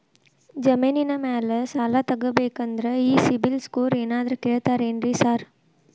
ಜಮೇನಿನ ಮ್ಯಾಲೆ ಸಾಲ ತಗಬೇಕಂದ್ರೆ ಈ ಸಿಬಿಲ್ ಸ್ಕೋರ್ ಏನಾದ್ರ ಕೇಳ್ತಾರ್ ಏನ್ರಿ ಸಾರ್?